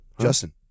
Justin